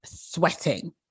sweating